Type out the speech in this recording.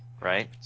right